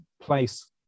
place